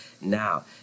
now